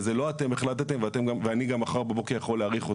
וזה לא "אתם החלטתם" ואני גם מחר בבוקר יכול להאריך אותה.